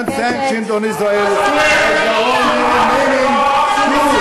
sanction on Israel as the only remaining tool,